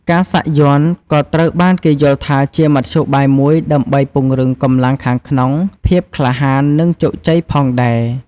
ការសាក់យ័ន្តក៏ត្រូវបានគេយល់ថាជាមធ្យោបាយមួយដើម្បីពង្រឹងកម្លាំងខាងក្នុង ភាពក្លាហាន និងជោគជ័យផងដែរ។